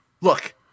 look